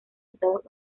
estados